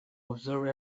observe